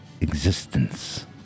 existence